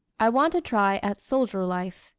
i want a try at soldier life.